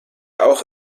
auch